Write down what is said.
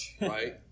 right